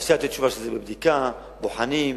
אפשר לתת תשובה שזה בבדיקה, בוחנים,